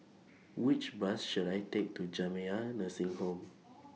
Which Bus should I Take to Jamiyah Nursing Home